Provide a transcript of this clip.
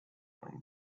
wing